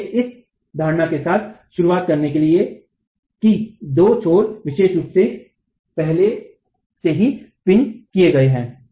इसलिएहम इस धारणा के साथ शुरू कर रहे हैं कि दो छोर इस विशेष रूप में पहले से ही पिन किए गए हैं